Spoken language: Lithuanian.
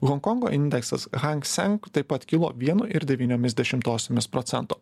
honkongo indeksas hanksenk taip pat kilo vienu ir devyniomis dešimtosiomis procento